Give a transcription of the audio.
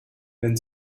wenn